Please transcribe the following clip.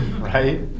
right